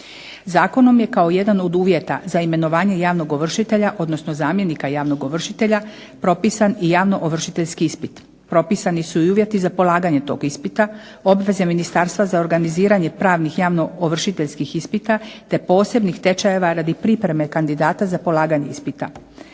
Zakonom je kao jedan od uvjeta za imenovanje javnog ovršitelja, odnosno zamjenika javnog ovršitelja propisan i javno ovršiteljski ispit. Propisani su i uvjeti za polaganje tog ispita, obveze ministarstva za organiziranje pravnih javno ovršiteljskih ispita te posebnih tečajeva radi pripreme kandidata za polaganje ispita.